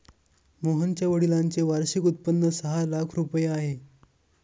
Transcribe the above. मोहनच्या वडिलांचे वार्षिक उत्पन्न सहा लाख रुपये आहे